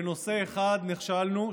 בנושא אחד נכשלנו.